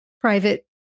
private